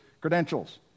credentials